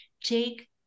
Take